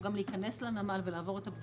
וגם להיכנס לנמל.